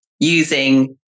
using